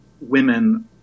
women